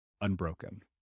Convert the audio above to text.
unbroken